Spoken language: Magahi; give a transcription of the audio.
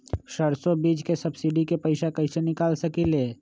सरसों बीज के सब्सिडी के पैसा कईसे निकाल सकीले?